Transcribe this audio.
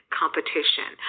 competition